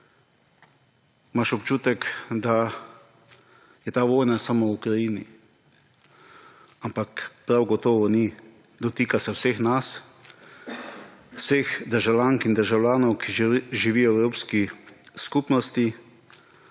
imaš občutek, da je ta vojna samo v Ukrajini, ampak prav gotovo ni. Dotika se vseh nas, vseh državljank in državljanov, ki živijo v evropski skupnosti